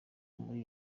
muri